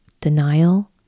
denial